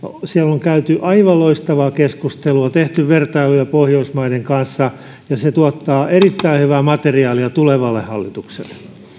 on käyty aivan loistavaa keskustelua tehty vertailuja pohjoismaiden kanssa ja se tuottaa erittäin hyvää materiaalia tulevalle hallitukselle